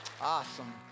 Awesome